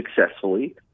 successfully